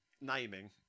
naming